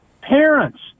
Parents